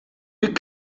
you